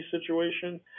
situation